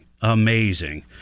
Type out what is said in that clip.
amazing